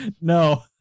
No